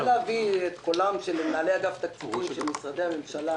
אני רוצה להביא את קולם של מנהלי אגף התקציבים של משרדי הממשלה.